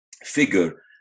figure